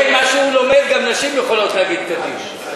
לפי מה שהוא לומד גם נשים יכולות להגיד קדיש.